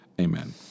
Amen